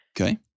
Okay